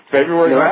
February